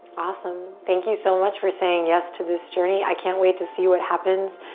awesome. thank you so much for saying yes to this journey. i can't wait to see what happens.